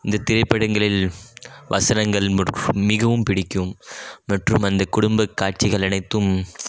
இந்த திரைப்படங்களில் வசனங்கள் மற்றும் மிகவும் பிடிக்கும் மற்றும் அந்த குடும்ப காட்சிகள் அனைத்தும்